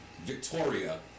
Victoria